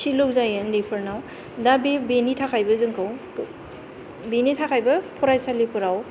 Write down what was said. फिलौ जायो उन्दैफोरनाव दा बे बेनि थाखायबो जोंखौ बेनि थाखायबो फरायसालिफोराव